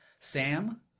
Sam